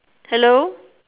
hello